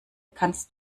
kannst